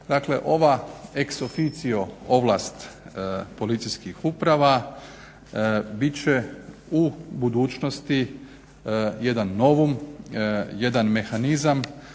Dakle ova ex officio ovlast policijskih uprava bit će u budućnosti jedan novum jedan mehanizam